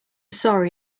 sorry